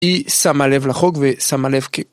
‫ושמה לב לחוג ושמה לב כאילו.